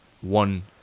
One